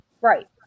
Right